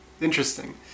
Interesting